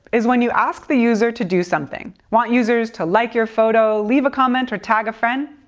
is when you ask the user to do something. want users to like your photo, leave a comment, or tag a friend?